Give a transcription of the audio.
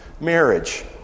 marriage